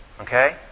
Okay